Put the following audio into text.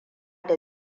da